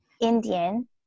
Indian